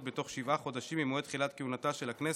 בתוך שבעה חודשים ממועד תחילת כהונתה של הכנסת,